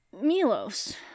Milos